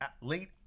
late